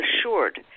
assured